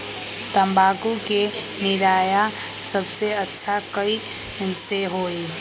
तम्बाकू के निरैया सबसे अच्छा कई से होई?